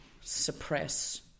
suppress